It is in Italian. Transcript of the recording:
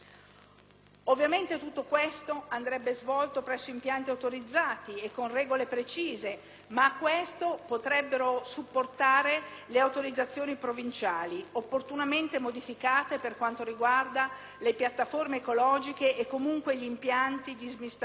Ovviamente tutto questo andrebbe svolto presso impianti autorizzati e con regole precise, e potrebbe essere supportato da autorizzazioni provinciali opportunamente modificate per quanto riguarda le piattaforme ecologiche e comunque gli impianti di smistamento,